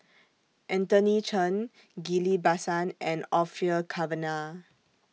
Anthony Chen Ghillie BaSan and Orfeur Cavenagh